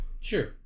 Sure